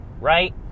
right